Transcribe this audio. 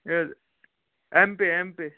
ہے اٮ۪م پےٚ اٮ۪م پےٚ